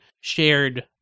shared